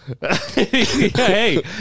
Hey